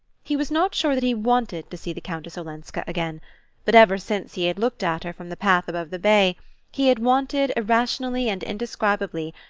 he was not sure that he wanted to see the countess olenska again but ever since he had looked at her from the path above the bay he had wanted, irrationally and indescribably,